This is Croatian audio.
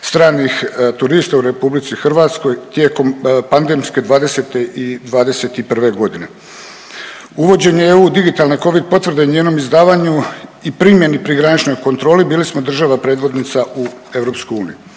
stranih turista u RH tijekom pandemske '20. i '21. g. Uvođenje EU digitalne Covid potvrde i njenom izdavanju i primjeni pri graničnoj kontroli, bili smo država predvodnica u EU.